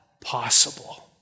possible